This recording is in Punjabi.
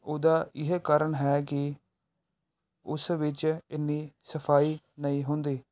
ਉਹਦਾ ਇਹ ਕਾਰਨ ਹੈ ਕਿ ਉਸ ਵਿੱਚ ਇੰਨੀ ਸਫਾਈ ਨਹੀਂ ਹੁੰਦੀ